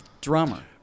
drummer